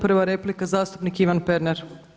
Prva replika zastupnik Ivan Pernar.